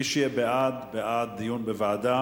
מי שיהיה בעד, בעד דיון בוועדה,